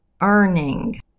earning